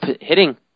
hitting